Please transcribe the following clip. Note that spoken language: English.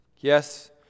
Yes